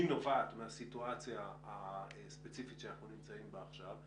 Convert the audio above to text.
היא נובעת מהסיטואציה הספציפית שאנחנו נמצאים בה עכשיו,